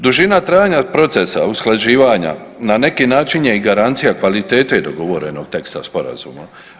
Dužina trajanja procesa usklađivanja na neki način je i garancija kvalitete dogovorenog teksta Sporazuma.